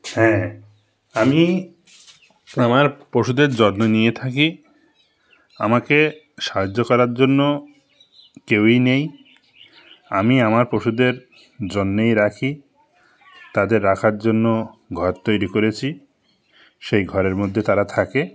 হ্যাঁ আমি আমার পশুদের যত্ন নিয়ে থাকি আমাকে সাহায্য করার জন্য কেউই নেই আমি আমার পশুদের জন্যেই রাখি তাদের রাখার জন্য ঘর তৈরি করেছি সেই ঘরের মধ্যে তারা থাকে